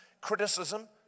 criticism